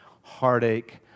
heartache